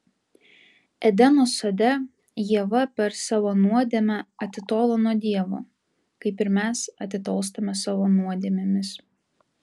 edeno sode ieva per savo nuodėmę atitolo nuo dievo kaip ir mes atitolstame savo nuodėmėmis